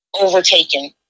overtaken